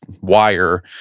wire